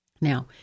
Now